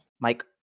mike